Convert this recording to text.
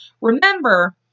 remember